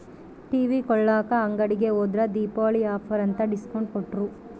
TV ಕೊಳ್ಳಾಕ ಅಂಗಡಿಗೆ ಹೋದ್ರ ದೀಪಾವಳಿ ಆಫರ್ ಅಂತ ಡಿಸ್ಕೌಂಟ್ ಕೊಟ್ರು